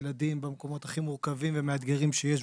הילדים במקומות הכי מורכבים ומאתגרים שיש,